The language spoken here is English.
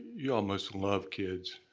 y'all must love kids.